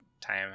time